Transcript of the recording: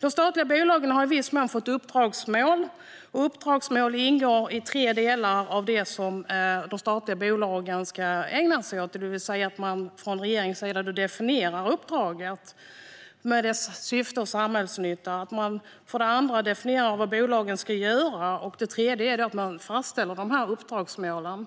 De statliga bolagen har i viss mån fått uppdragsmål. Uppdragsmål ingår i tre delar av det som de statliga bolagen ska ägna sig åt. Från regeringens sida definierar man för det första uppdraget med dess syfte och samhällsnytta. För det andra definierar man vad bolagen ska göra, och för det tredje fastställer man uppdragsmålen.